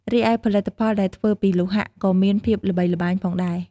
រីឯផលិតផលដែលធ្វើពីលោហៈក៏មានភាពល្បីល្បាញផងដែរ។